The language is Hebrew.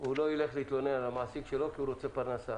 הוא לא ילך להתלונן על המעסיק שלו כי הוא רוצה פרנסה.